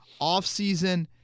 offseason